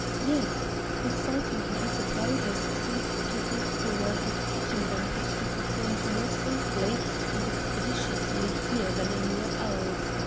yes the sultan and his advisers seemed to think the work of cutting them could be performed more safely and expeditiously here than anywhere else.